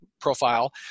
profile